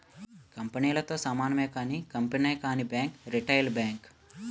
కంపెనీలతో సమానమే కానీ కంపెనీ కానీ బ్యాంక్ రిటైల్ బ్యాంక్